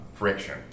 Friction